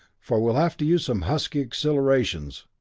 for we'll have to use some husky accelerations.